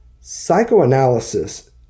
Psychoanalysis